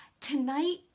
Tonight